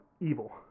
evil